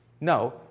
No